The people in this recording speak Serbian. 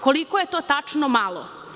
Koliko je to tačno malo?